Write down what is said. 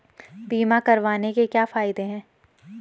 बीमा करवाने के क्या फायदे हैं?